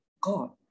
God